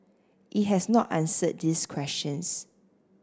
it has not answered these questions